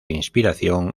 inspiración